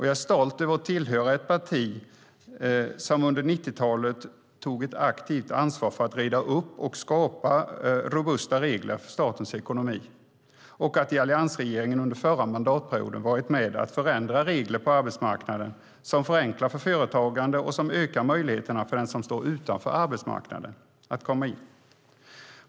Jag är stolt över att tillhöra ett parti som under 90-talet tog aktivt ansvar för att reda upp och skapa robusta regler för statens ekonomi och i alliansregeringen under förra mandatperioden varit med om att förändra regler på arbetsmarknaden som förenklar för företagande och som ökar möjligheterna för den som står utanför arbetsmarknaden att komma in.